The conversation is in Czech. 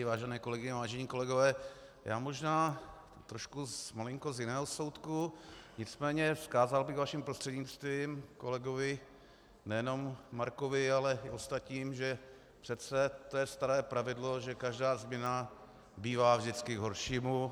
Vážené kolegyně, vážení kolegové, já možná trošku malinko z jiného soudku, nicméně vzkázal bych vaším prostřednictvím kolegovi nejenom Markovi, ale i ostatním, že přece to je staré pravidlo, že každá změna bývá vždycky k horšímu.